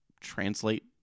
translate